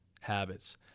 habits